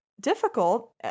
difficult